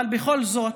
בכל זאת,